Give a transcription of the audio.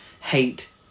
hate